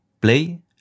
play